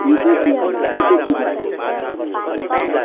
मिठो चियामा कति चिनी चाहिन्छ